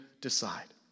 decide